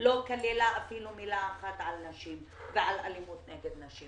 לא כללה אפילו מילה אחת על נשים ועל אלימות נגד נשים.